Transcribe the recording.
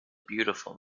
beautiful